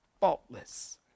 faultless